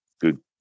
good